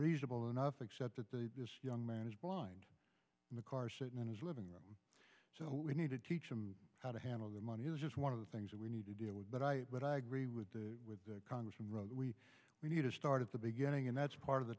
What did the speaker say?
reasonable enough except that the young man is blind in the car sitting in his living room so we need to teach him how to handle the money is just one of the things that we need to deal with but i but i agree with the congress and we need to start at the beginning and that's part of the